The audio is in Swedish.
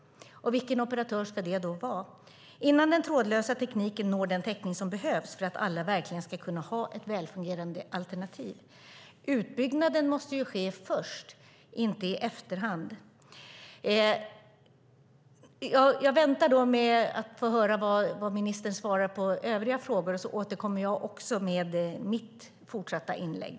Vilken operatör ska det då vara innan den trådlösa tekniken når den täckning som behövs för att alla verkligen ska kunna ha ett väl fungerande alternativ? Utbyggnaden måste ju ske först, inte i efterhand. Jag väntar med att få höra vad ministern svarar på mina övriga frågor; sedan återkommer jag.